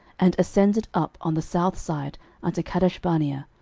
and ascended up on the south side unto kadeshbarnea,